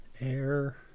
air